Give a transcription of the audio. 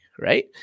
right